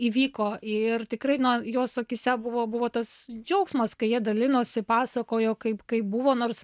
įvyko ir tikrai na jos akyse buvo buvo tas džiaugsmas kai jie dalinosi pasakojo kaip kaip buvo nors